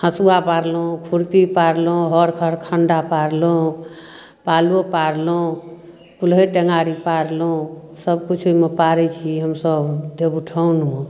हँसुआ पारलहुँ खुरपी पारलहुँ हर हरखन्डा पारलहुँ पालो पारलहुँ कुल्हरि टेङ्गारी पारलहुँ सबकिछु ओइमे पारै छी हमसब देबउठाउनमे